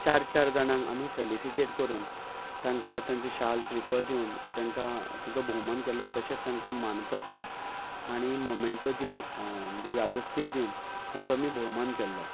चार चार जाणांक आमी फेलिसिटेट करून तांकां तांचे शाल दिवन तांकां तेंचो भोवमान केल्लो तशेंच तांकां मानपत्र आनी मोमेंटो दिवन म्हणजे यादस्तीक दिवन तांचो आमी भोवमान केल्लो